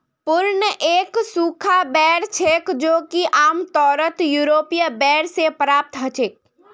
prune एक सूखा बेर छेक जो कि आमतौरत यूरोपीय बेर से प्राप्त हछेक